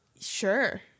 Sure